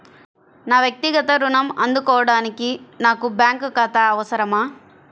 నా వక్తిగత ఋణం అందుకోడానికి నాకు బ్యాంక్ ఖాతా అవసరమా?